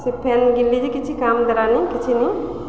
ସେ ଫେନ୍ ଘିନ୍ଲି ଯେ କିଛି କାମ୍ ଦେଲା ନି କିଛି ନି